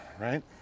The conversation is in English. Right